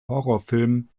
horrorfilm